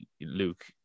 Luke